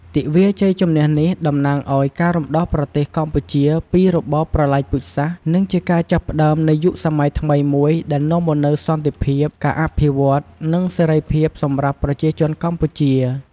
ទិវាជ័យជំនះនេះតំណាងឲ្យការរំដោះប្រទេសកម្ពុជាពីរបបប្រល័យពូជសាសន៍ និងជាការចាប់ផ្តើមនៃយុគសម័យថ្មីមួយដែលនាំមកនូវសន្តិភាព ការអភិវឌ្ឍន៍ និងសេរីភាពសម្រាប់ប្រជាជនកម្ពុជា។